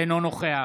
אינו נוכח